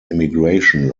immigration